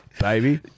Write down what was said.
baby